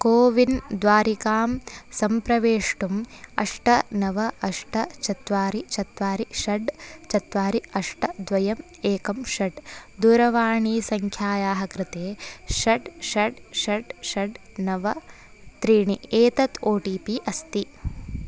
CoWIN द्वारिकां सम्प्रवेष्टुं अष्ट नव अष्ट चत्वारि चत्वारि षट् चत्वारि अष्ट द्वयम् एकम् षट् दूरवाणीसङ्ख्यायाः कृते षट् षट् षट् षट् नव त्रीणि एतत् ओ टि पि अस्ति